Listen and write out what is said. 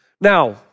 Now